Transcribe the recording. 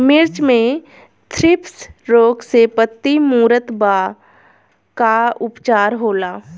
मिर्च मे थ्रिप्स रोग से पत्ती मूरत बा का उपचार होला?